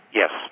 yes